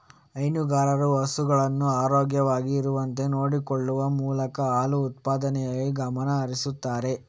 ಹೈನುಗಾರರು ಹಸುಗಳನ್ನ ಆರೋಗ್ಯವಾಗಿ ಇರುವಂತೆ ನೋಡಿಕೊಳ್ಳುವ ಮೂಲಕ ಹಾಲು ಉತ್ಪಾದನೆಯಲ್ಲಿ ಗಮನ ಹರಿಸ್ತಾರೆ